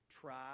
Try